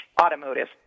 automotive